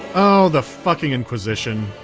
oh, the fucking inquisition,